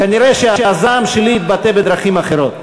כנראה הזעם שלי התבטא בדרכים אחרות.